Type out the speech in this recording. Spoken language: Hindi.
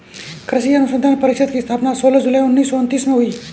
कृषि अनुसंधान परिषद की स्थापना सोलह जुलाई उन्नीस सौ उनत्तीस में हुई